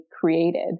created